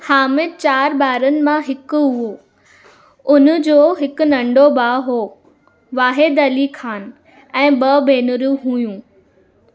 हामिदु चारि ॿारनि मां हिकु हुओ हुन जो हिकु नंढो भाउ हो वाहिद अली ख़ान ऐं ब॒ भेनरूं हुयूं